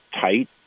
tight